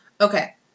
Okay